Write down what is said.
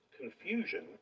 confusion